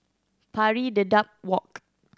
Pari Dedap Walk